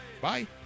Bye